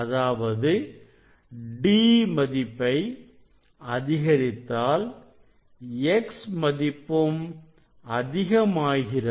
அதாவது D மதிப்பை அதிகரித்தால் X மதிப்பும் அதிகமாகிறது